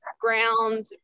ground